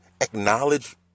acknowledge